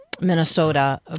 Minnesota